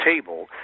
table